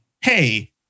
hey